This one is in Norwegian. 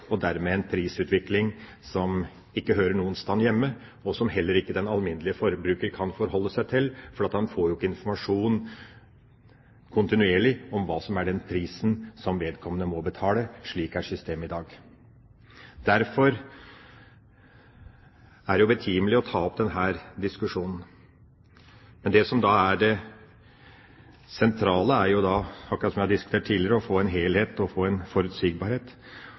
og dermed en prisutvikling som ikke hører noe sted hjemme, og som heller ikke den alminnelige forbruker kan forholde seg til, fordi han ikke får informasjon kontinuerlig om hva som er den prisen som vedkommende må betale. Slik er systemet i dag. Derfor er det jo betimelig å ta opp denne diskusjonen. Men det som da er det sentrale, er jo, akkurat som vi har diskutert tidligere, å få en helhet og en forutsigbarhet,